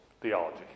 theology